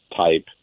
type